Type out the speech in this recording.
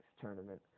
tournament